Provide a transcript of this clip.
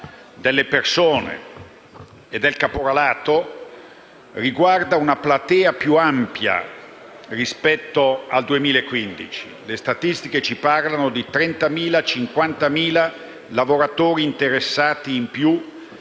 delle persone e del caporalato riguarda una platea più ampia rispetto al 2015: le statistiche ci parlano di circa 30.000-50.000 lavoratori interessati in più,